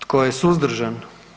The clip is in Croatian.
Tko je suzdržan?